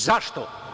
Zašto?